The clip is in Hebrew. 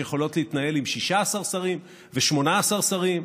שיכולות להתנהל עם 16 שרים ו-18 שרים,